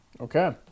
Okay